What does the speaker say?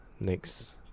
next